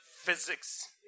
physics